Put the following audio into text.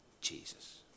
Jesus